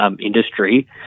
industry